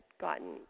gotten